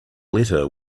letter